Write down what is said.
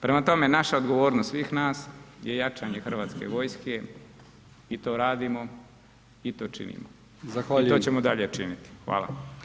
Prema tome naša odgovornost svih nas je jačanje Hrvatske vojske i to radimo i to činimo i to ćemo dalje činiti, hvala.